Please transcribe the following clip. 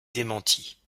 démentie